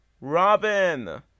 Robin